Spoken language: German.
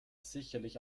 sicherlich